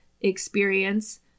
experience